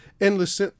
Endless